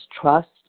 trust